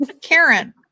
Karen